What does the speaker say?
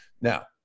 now